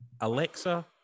Alexa